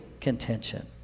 contention